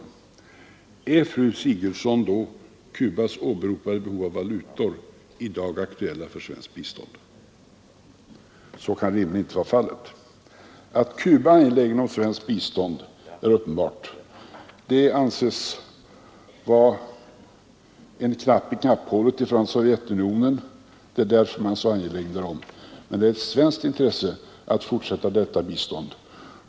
Är då, fru Sigurdsen, Cubas åberopade behov av valutor i dag aktuellt för svenskt bistånd? Att Cuba är angeläget om svenskt bistånd är uppenbart. Det anses vara en knapp i knapphålet i förhållandet till Sovjetunionen, och det är därför man är så angelägen. Men är det ett svenskt intresse att fortsätta detta bistånd?